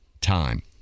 time